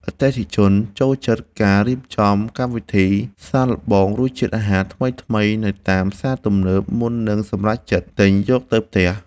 អតិថិជនចូលចិត្តការរៀបចំកម្មវិធីសាកល្បងរសជាតិអាហារថ្មីៗនៅតាមផ្សារទំនើបមុននឹងសម្រេចចិត្តទិញយកទៅផ្ទះ។